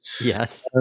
yes